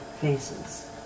faces